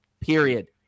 period